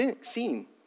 seen